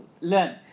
learn